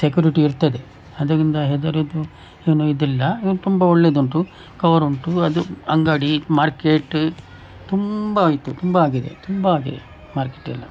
security ಇರ್ತದೆ ಅದರಿಂದ ಹೆದರೋದು ಏನು ಇದಿಲ್ಲ ತುಂಬ ಒಳ್ಳೆದುಂಟು ಕವರ್ ಉಂಟು ಅದು ಅಂಗಡಿ ಮಾರ್ಕೇಟ್ ತುಂಬ ಇತ್ತು ತುಂಬ ಆಗಿದೆ ತುಂಬ ಆಗಿದೆ ಮಾರ್ಕೆಟ್ ಎಲ್ಲ